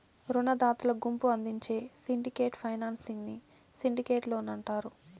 రునదాతల గుంపు అందించే సిండికేట్ ఫైనాన్సింగ్ ని సిండికేట్ లోన్ అంటారు